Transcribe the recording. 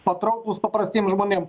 patrauklūs paprastiem žmonėm